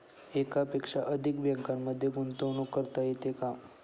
एकापेक्षा अधिक बँकांमध्ये गुंतवणूक करता येते का?